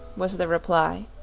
was the reply.